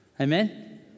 Amen